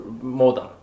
modern